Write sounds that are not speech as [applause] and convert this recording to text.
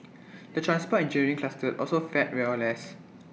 [noise] the transport engineering cluster also fared well less